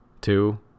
two